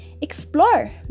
Explore